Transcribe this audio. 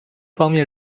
方面